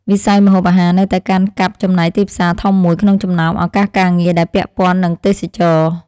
វិស័យម្ហូបអាហារនៅតែកាន់កាប់ចំណែកទីផ្សារធំមួយក្នុងចំណោមឱកាសការងារដែលពាក់ព័ន្ធនឹងទេសចរណ៍។